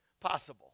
possible